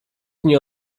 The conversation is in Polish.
nie